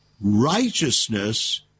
Righteousness